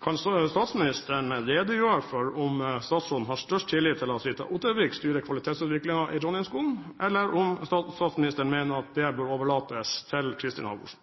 Kan statsministeren redegjøre for om statsministeren har størst tillit til at Rita Ottervik styrer kvalitetsutviklingen i trondheimsskolen, eller om statsministeren mener at det bør overlates til Kristin Halvorsen?